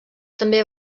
també